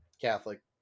Catholic